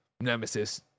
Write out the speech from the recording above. Nemesis